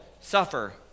suffer